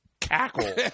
cackle